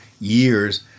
years